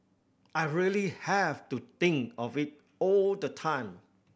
I really have to think of it all the time